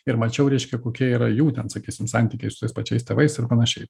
ir mačiau reiškia kokie yra jų ten sakysim santykiai su tais pačiais tėvais ir panašiai